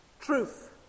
Truth